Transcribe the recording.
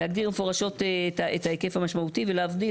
להגדיר מפורשות את ההיקף המשמעותי ולהבדיל,